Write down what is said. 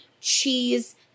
cheese